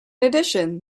addition